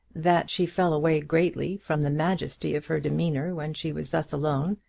that she fell away greatly from the majesty of her demeanour when she was thus alone,